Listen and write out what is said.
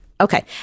Okay